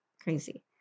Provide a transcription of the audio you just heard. Crazy